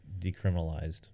decriminalized